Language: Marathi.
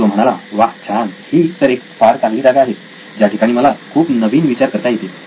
तो म्हणाला वाह छान ही तर एक फार चांगली जागा आहे ज्या ठिकाणी मला खूप नवीन विचार करता येतील